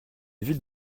ville